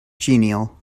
genial